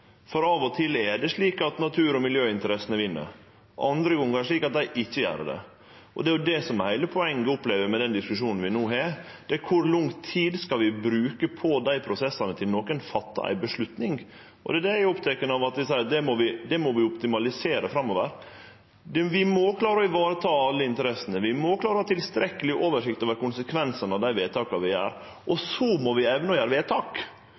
For av og til er det slik at natur- og miljøinteressene vinn, og andre gonger er det slik at dei ikkje gjer det. Det eg opplever er heile poenget med den diskusjonen vi no har, er kor lang tid vi skal bruke på dei prosessane til nokon fattar eit vedtak. Det er det eg er oppteken av at vi seier vi må optimalisere framover. Vi må klare å vareta alle interessene. Vi må klare å ha tilstrekkeleg oversikt over konsekvensane av dei vedtaka vi gjer, og så må vi evne å fatte vedtak